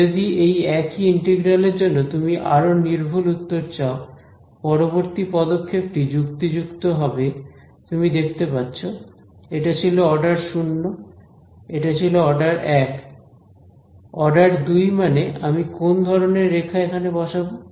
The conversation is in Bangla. যদি এই একই ইন্টিগ্রাল এর জন্য তুমি আরো নির্ভুল উত্তর চাও পরবর্তী পদক্ষেপ টি যুক্তিযুক্তভাবে হবে তুমি দেখতে পাচ্ছো এটা ছিল অর্ডার 0 এটা ছিল অর্ডার 1 অর্ডার 2 মানে আমি কোন ধরনের রেখা এখানে বসাবো